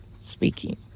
speaking